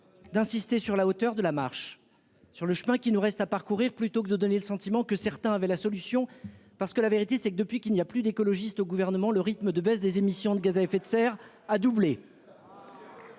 D'insister sur la hauteur de la marche sur le chemin qui nous reste à parcourir, plutôt que de donner le sentiment que certains avaient la solution parce que la vérité c'est que depuis qu'il n'y a plus d'écologistes au gouvernement. Le rythme de baisse des émissions de gaz à effet de serre a doublé.